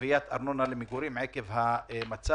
בגביית ארנונה למגורים עקב המצב.